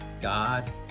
God